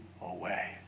away